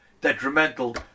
detrimental